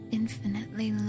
infinitely